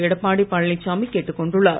எடப்பாடி பழனிசாமி கேட்டுக் கொண்டுள்ளார்